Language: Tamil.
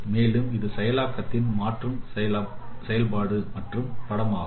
மேலும் இது செயலாக்கத்தின் மாற்றும் செயல்பாடு மற்றும் படம் ஆகும்